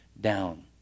down